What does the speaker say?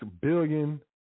billion